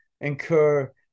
incur